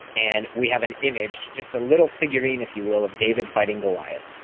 and we have an image, just a little figuring if you will, of david fighting goliath.